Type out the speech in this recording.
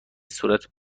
صورت